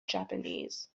japanese